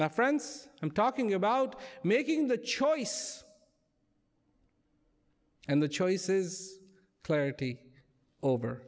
my friends i'm talking about making the choice and the choices clarity over